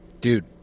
Dude